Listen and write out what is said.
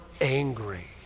angry